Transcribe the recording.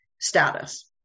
status